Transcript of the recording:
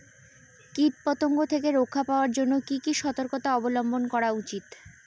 কীটপতঙ্গ থেকে রক্ষা পাওয়ার জন্য কি কি সর্তকতা অবলম্বন করা উচিৎ?